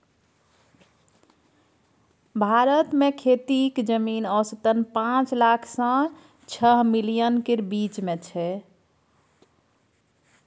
भारत मे खेतीक जमीन औसतन पाँच लाख सँ छअ मिलियन केर बीच मे छै